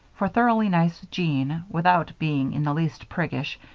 for thoroughly-nice jean, without being in the least priggish,